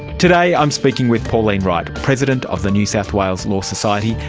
today i'm speaking with pauline wright, president of the new south wales law society,